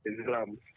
Islam